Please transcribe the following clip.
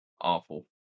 Awful